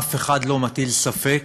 אף אחד לא מטיל ספק